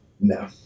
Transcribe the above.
No